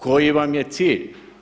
Koji vam je cilj?